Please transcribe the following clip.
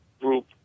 group